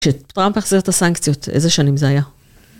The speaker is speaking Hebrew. כשטראמפ החזיר את הסנקציות, איזה שנים זה היה?